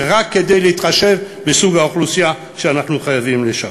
זה רק כדי להתחשב בסוג האוכלוסייה שאנחנו חייבים לשרת.